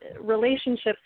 relationships